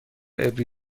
عبری